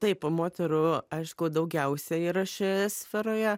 taip moterų aišku daugiausia yra šioje sferoje